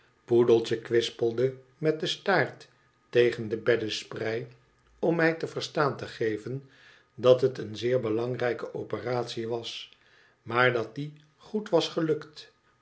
poedeltje kwispelde met de staart tegen de beddesprei om mij te verstaan te geven dat het een zeer belangrijke operatie was maar dat die goed was gelukt